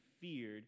feared